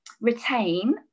retain